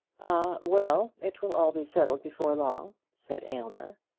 ah, well it will all be settled before long, said aylmer.